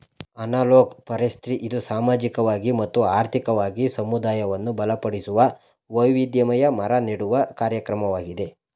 analog forestry ಇದು ಸಾಮಾಜಿಕವಾಗಿ ಮತ್ತು ಆರ್ಥಿಕವಾಗಿ ಸಮುದಾಯವನ್ನು ಬಲಪಡಿಸುವ, ವೈವಿಧ್ಯಮಯ ಮರ ನೆಡುವ ಕಾರ್ಯಕ್ರಮವಾಗಿದೆ